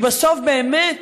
כי בסוף באמת,